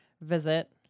visit